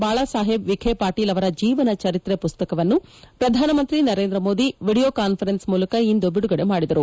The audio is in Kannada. ಬಾಳಸಾಹೇಬ್ ವಿಬೆ ಪಾಟೀಲ್ ಅವರ ಜೀವನ ಚರಿತ್ರೆ ಪುಸ್ತಕವನ್ನು ಪ್ರಧಾನಮಂತ್ರಿ ನರೇಂದ್ರ ಮೋದಿ ವೀಡಿಯೊ ಕಾನ್ಫರೆನ್ಸ್ ಮೂಲಕ ಇಂದು ಬಿಡುಗಡೆ ಮಾಡಿದರು